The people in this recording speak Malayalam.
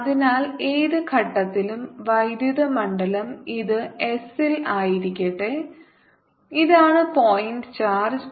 അതിനാൽ ഏത് ഘട്ടത്തിലും വൈദ്യുത മണ്ഡലം ഇത് s ൽ ആയിരിക്കട്ടെ ഇതാണ് പോയിന്റ് ചാർജ്